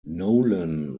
nolan